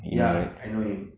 ya I know him